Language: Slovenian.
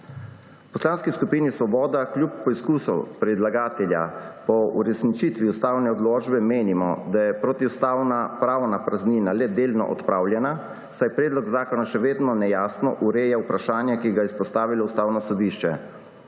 V Poslanski skupini Svoboda kljub poizkusu predlagatelja po uresničitvi ustavne odločbe menimo, da je protiustavna pravna praznina le delno odpravljena, saj predlog zakona še vedno nejasno ureja vprašanje, ki ga je izpostavilo Ustavno sodišče.